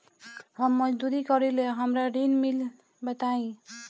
हम मजदूरी करीले हमरा ऋण मिली बताई?